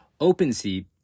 OpenSea